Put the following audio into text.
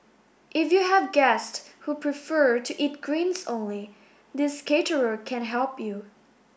if you have guest who prefer to eat greens only this caterer can help you